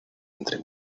entre